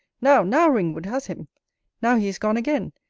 now, now, ringwood has him now, he is gone again,